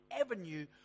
avenue